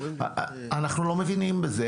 אנחנו לא מבינים בזה.